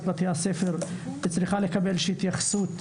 בתי הספר צריך לקבל איזו שהיא התייחסות,